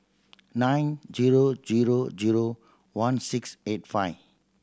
nine zero zero zero one six eight five